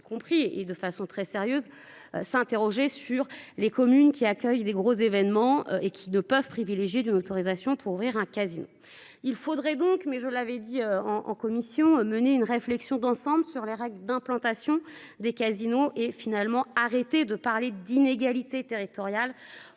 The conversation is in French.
compris, et de façon très sérieuse, s'interroger sur les communes qui accueillent des gros événements et qui ne peuvent privilégié d'une autorisation pour ouvrir un casino. Il faudrait donc mais je l'avais dit en commission mener une réflexion d'ensemble sur les règles d'implantation des casinos et finalement arrêté de parler d'inégalités territoriales